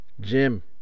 Jim